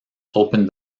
opened